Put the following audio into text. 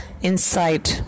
inside